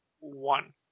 one